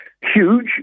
huge